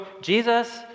Jesus